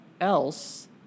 else